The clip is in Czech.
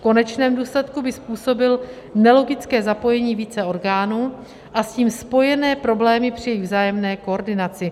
V konečném důsledku by způsobil nelogické zapojení více orgánů a s tím spojené problémy při jejich vzájemné koordinaci.